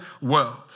world